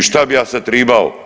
I šta bi ja sad tribao?